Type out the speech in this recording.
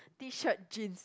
T-shirt jeans